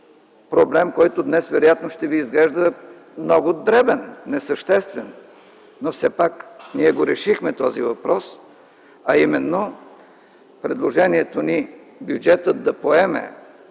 проблем, който днес вероятно ще Ви изглежда много дребен, несъществен, но все пак ние решихме този въпрос, а именно, предложението ни бюджетът да поеме